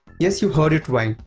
yes, you heard it right.